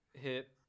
Hit